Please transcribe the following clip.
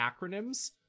acronyms